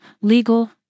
legal